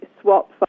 swap